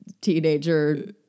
teenager